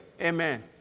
amen